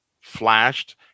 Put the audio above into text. flashed